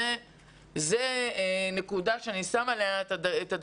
זה נקודה שאני שמה עליה את הדגש,